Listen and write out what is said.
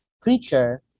creature